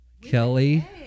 kelly